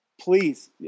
please